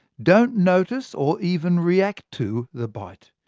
don't notice, or even react to, the bite.